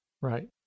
Right